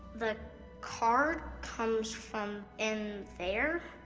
the card comes from in there?